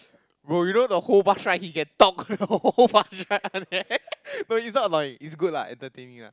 bro you know the whole bus ride he can talk you know the whole bus ride [one] eh no it's not annoying it's good lah entertaining lah